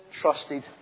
trusted